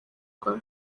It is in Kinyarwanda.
rwa